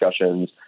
discussions